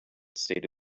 state